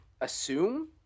assume